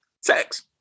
Sex